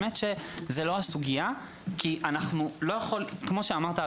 זאת באמת לא הסוגיה כי כמו שאמרת,